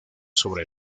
sobre